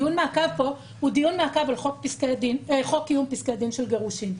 דיון המעקב פה הוא דיון מעקב על חוק קיום פסקי דין של גירושין,